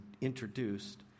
introduced